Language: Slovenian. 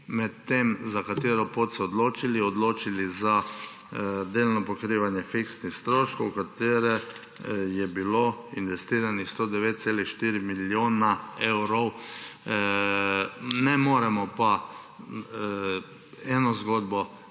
med tem, za katero pot se odločiti, odločili za delno pokrivanje fiksnih stroškov, v katerega je bilo investiranih 109,4 milijona evrov. Ne moremo pa ene zgodbe